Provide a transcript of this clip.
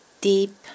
deep